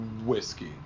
Whiskey